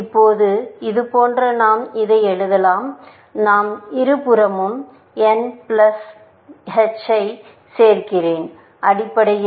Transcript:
இப்போது இது போன்று நாம் இதை எழுதலாம் நான் இருபுறமும் n இன் பிளஸ் h ஐ சேர்க்கிறேன் அடிப்படையில்